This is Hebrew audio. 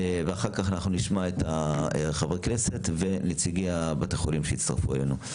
אחר כך נשמע את חברי הכנסת ונציגי בתי החולים שהצטרפו אלינו.